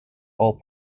all